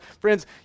friends